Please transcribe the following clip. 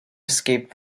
escaped